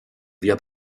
via